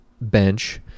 bench